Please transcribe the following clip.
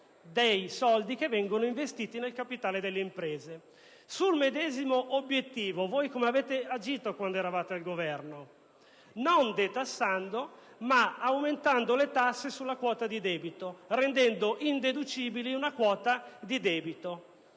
dei soldi che vengono investiti nel capitale delle imprese. Sul medesimo obiettivo, invece, voi come avete agito quando eravate al Governo? Non detassando, ma aumentando le tasse sulla quota di debito, rendendone indeducibile una parte. Questo,